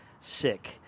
sick